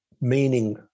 meaning